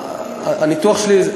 הניתוח שלי,